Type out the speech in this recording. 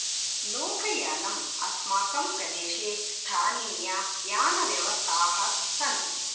लोकयानम् अस्माकं प्रदेशे स्थानीययानव्यवस्थाः सन्ति